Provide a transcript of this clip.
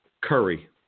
Curry